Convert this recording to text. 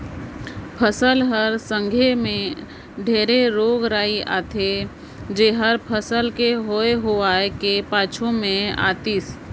फसल हर संघे मे ढेरे रोग राई आथे जेहर फसल के होए हुवाए के पाछू मे आतिस